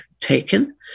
taken